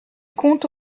compte